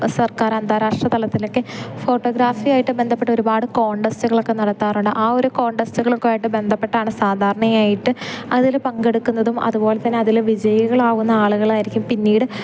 സർക്കാരന്താരാഷ്ട്ര തലത്തിലൊക്കെ ഫോട്ടോഗ്രാഫിയായിട്ട് ബന്ധപ്പെട്ട് ഒരുപാട് കോണ്ടസ്റ്റുകളൊക്കെ നടത്താറുണ്ട് ആ ഒരു കോണ്ടെസ്റ്റുകളൊക്കെയായിട്ട് ബന്ധപ്പെട്ടാണ് സാധാരണയായിട്ട് അതിൽ പങ്കെടുക്കുന്നതും അതുപോലെ തന്നെ അതിൽ വിജയികളാകുന്ന ആളുകളായിരിക്കും പിന്നീട്